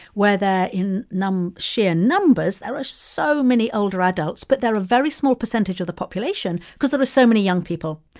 where they're in sheer numbers, there are so many older adults. but they're a very small percentage of the population because there are so many young people,